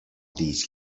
these